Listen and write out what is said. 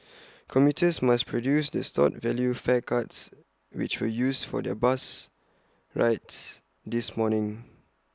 commuters must produce their stored value fare cards which were used for their bus rides this morning